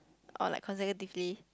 or like consecutively